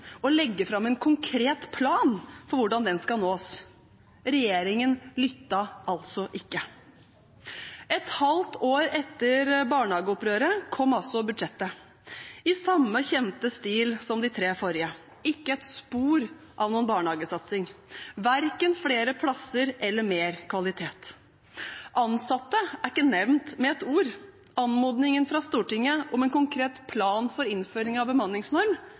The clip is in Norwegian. legge fram en konkret plan for hvordan den skal nås. Regjeringen lyttet altså ikke. Et halvt år etter barnehageopprøret kom altså budsjettet, i samme kjente stil som de tre forrige: ikke et spor av noen barnehagesatsing, verken flere plasser eller mer kvalitet. Ansatte er ikke nevnt med et ord. Anmodningen fra Stortinget om en konkret plan for innføring av bemanningsnorm